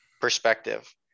perspective